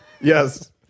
Yes